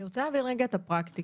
אני רוצה להבין רגע את הפרקטיקה.